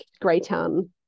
Greytown